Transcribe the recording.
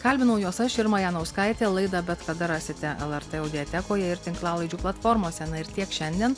kalbinau juos aš irma janauskaitė laidą bet kada rasite lrt audiotekoje ir tinklalaidžių platformose na ir tiek šiandien